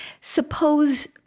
Suppose